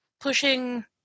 pushing